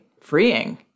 freeing